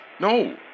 No